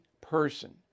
person